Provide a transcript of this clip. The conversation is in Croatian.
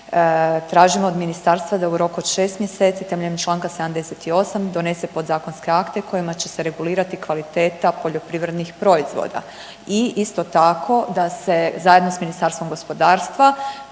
tražimo od Ministarstva da u roku od 6 mjeseci temeljem čl. 78 donese podzakonske akte kojima će se regulirati kvaliteta poljoprivrednih proizvoda i isto tako, da se zajedno s Ministarstvom gospodarstva